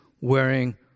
wearing